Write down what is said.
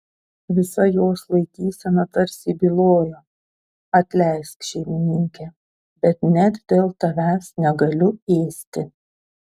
visa jos laikysena tarsi bylojo atleisk šeimininke bet net dėl tavęs negaliu ėsti